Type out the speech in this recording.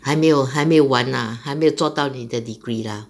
还没有还没完 lah 还没有做到你的 degree lah